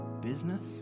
business